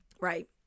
Right